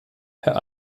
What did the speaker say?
herr